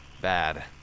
bad